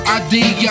idea